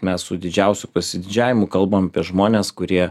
mes su didžiausiu pasididžiavimu kalbam apie žmones kurie